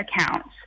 accounts